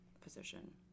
position